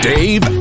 Dave